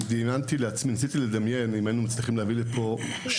וניסיתי לדמיין מה היה קורה אם היינו מצליחים להביא לפה שכן,